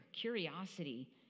curiosity